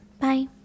Bye